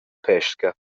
pesca